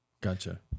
Gotcha